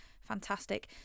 Fantastic